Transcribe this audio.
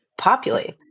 populates